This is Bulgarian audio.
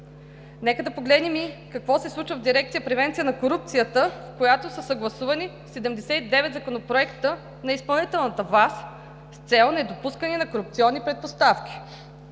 Нека да погледнем и какво се случва в дирекция „Превенция на корупцията“, с която са съгласувани 79 законопроекта на изпълнителната власт, с цел недопускане на корупционни предпоставки.